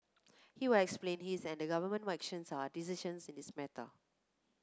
he will explain his and the government actions and decisions in this matter